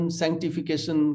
sanctification